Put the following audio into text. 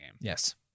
yes